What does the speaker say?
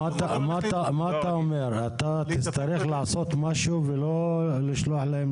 אתה מתכוון שתצטרך לעשות משהו ולא לשלוח להם